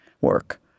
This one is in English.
work